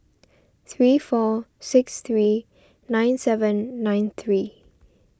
three four six three nine seven nine three